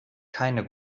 keine